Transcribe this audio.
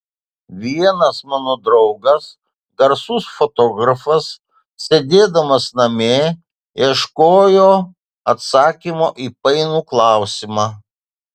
vienas mano draugas garsus fotografas sėdėdamas namie ieškojo atsakymo į painų klausimą